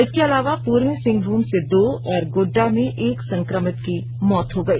इसके अलावा पूर्वी सिंहभूम से दो और गोड्डा में एक संक्रमित की मौत हो गई